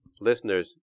listeners